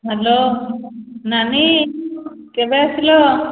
hello ନାନୀ କେବେ ଆସିଲ